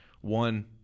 One